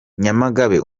nyamagabe